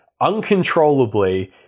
uncontrollably